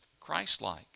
Christ-like